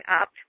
up